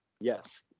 Yes